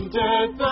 death